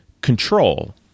control